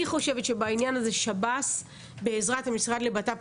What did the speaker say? בעניין הזה שב"ס בעזרת המשרד לביטחון לאומי,